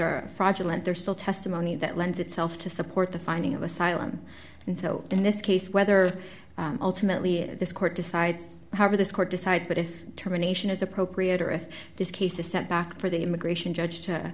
are fraudulent there's still testimony that lends itself to support the finding of asylum and so in this case whether ultimately this court decides how or this court decides but if terminations is appropriate or if this case a setback for the immigration judge to